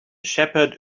shepherd